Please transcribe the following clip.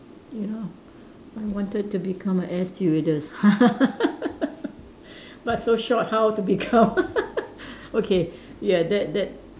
you know I wanted to become an air stewardess but so short how to become okay ya that that